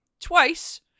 twice